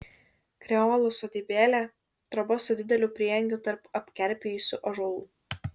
kreolų sodybėlė troba su dideliu prieangiu tarp apkerpėjusių ąžuolų